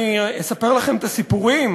אני אספר לכם את הסיפורים,